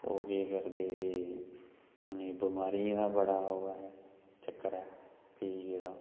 ओह् केह करदे कि उ'नें गी बमारिया दा बड़ा ओह् ऐ चक्कर ऐ भी जेह्ड़ा